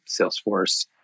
Salesforce